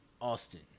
Austin